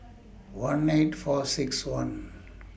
one eight four six one